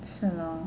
是 hor